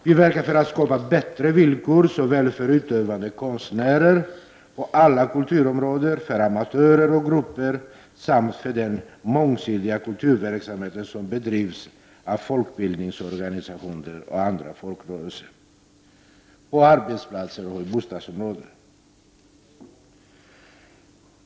Vi verkar för att skapa bättre villkor såväl för utövande konstnärer på alla kulturområden som för amatörer och grupper för den mångsidiga kulturverksamhet som bedrivs av folkbildningsorganisationer och andra folkrörelser och på arbetsplatser och i bostadsområden.